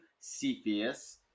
Cepheus